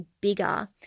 bigger